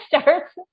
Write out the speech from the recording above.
starts